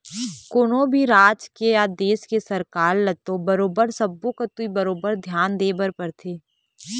कोनो भी राज के या देश के सरकार ल तो बरोबर सब्बो कोती बरोबर धियान देय बर परथे